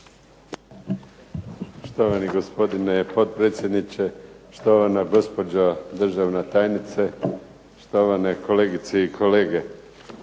Štovani gospodine potpredsjedniče, štovana gospođo državna tajnice, štovane kolegice i kolege.